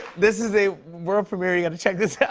this is a world premiere. you got to check this